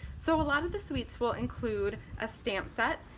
so a lot of the suites will include a stamp set,